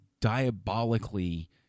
diabolically